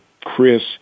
Chris